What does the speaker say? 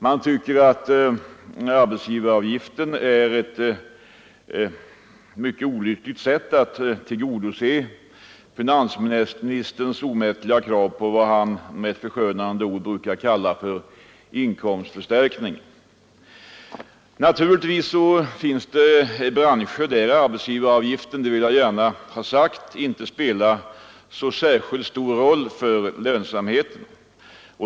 Man tycker att arbetsgivaravgiften är ett mycket olyckligt sätt att tillgodose finansministerns omättliga krav på vad han med ett förskönande ord brukar kalla inkomstförstärkning. Naturligtvis finns det branscher där arbetsgivaravgiften — det vill jag gärna ha sagt — inte spelar särskilt stor roll för lönsamheten.